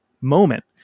moment